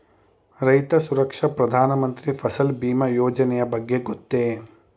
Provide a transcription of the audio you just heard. ರೈತ ಸುರಕ್ಷಾ ಪ್ರಧಾನ ಮಂತ್ರಿ ಫಸಲ್ ಭೀಮ ಯೋಜನೆಯ ಬಗ್ಗೆ ಗೊತ್ತೇ?